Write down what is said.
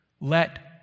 let